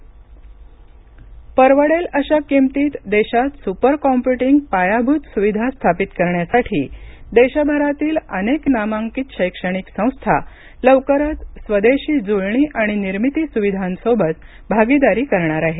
सपर कॉम्प्यटिंग परवडेल अशा किंमतीत देशात सुपरकाँप्युटिंग पायाभूत सुविधा स्थापित करण्यासाठी देशभऱातील अनेक नामांकित शैक्षणिक संस्था लवकरच स्वदेशी जुळणी आणि निर्मिती सुविधांसोबत भागिदारी करणार आहेत